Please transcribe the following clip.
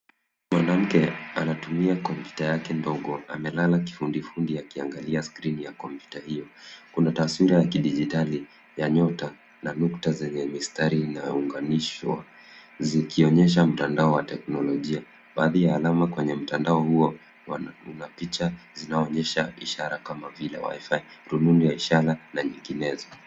Mwanamke anatumia kompyuta yake ndogo , amelala kifudifudi akiangalia skrini ya kompyuta hiyo. Kuna taswira ya kidijitali ya nyota na nukta zenye mistari inayounganishwa zikionyesha mtandao wa teknolojia. Baadhi ya alama kwenye mtandao huo una picha zinazoonyesha ishara kama vile wifi rununu ya ishara na nyinginezo.